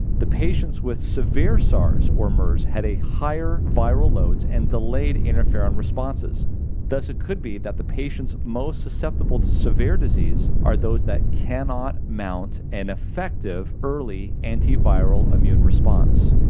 the patients with severe sars or mers had higher viral loads and delayed interferon responses thus it could be that the patients most susceptible to severe disease are those that cannot mount an effective early antiviral immune response.